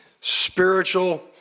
spiritual